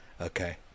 okay